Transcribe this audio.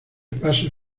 pasos